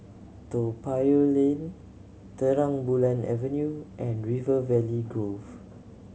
Toa Payoh Lane Terang Bulan Avenue and River Valley Grove